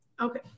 Okay